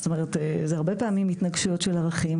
זאת אומרת זה הרבה פעמים התנגשויות של ערכים,